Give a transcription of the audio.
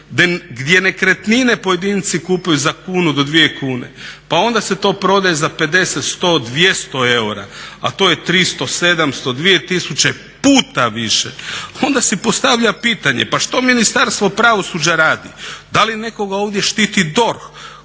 gdje nekretnine pojedinci kupuju za kunu do dvije kune, pa onda se to prodaje za 50, 100, 200 eura, a to je 300, 700, 2000 puta više, onda si postavlja pitanje pa što Ministarstvo pravosuđa radi, da li nekoga ovdje štiti DORH,